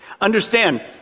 Understand